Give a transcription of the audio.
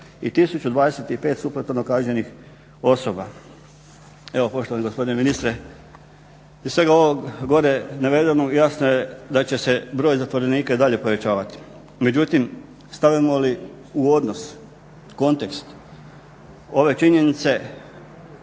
i 1025 supletorno kažnjenih osoba. Poštovani gospodine ministre, iz svega ovog gore navedenog jasno je da će se broj zatvorenika i dalje povećavati. Međutim, stavimo li u odnos kontekst ove činjenice